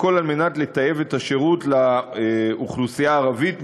הכול כדי לטייב את השירות לאוכלוסייה הערבית.